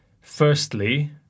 Firstly